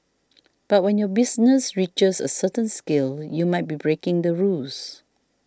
but when your business reaches a certain scale you might be breaking the rules